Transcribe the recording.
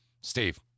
Steve